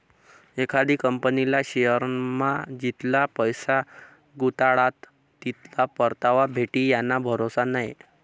एखादी कंपनीना शेअरमा जितला पैसा गुताडात तितला परतावा भेटी याना भरोसा नै